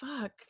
fuck